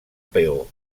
peó